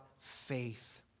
faith